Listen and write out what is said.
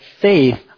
faith